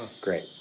Great